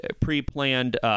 pre-planned